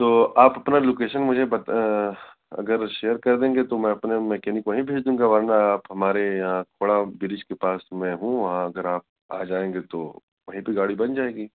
تو آپ اپنا لوکیشن مجھے بتا اگر شیئر کر دیں گے تو میں اپنے مکینک وہیں بھیج دوں گا ورنہ آپ ہمارے یہاں بڑا برج کے پاس میں ہوں وہاں اگر آپ آ جائیں گے تو وہیں پہ گاڑی بن جائے گی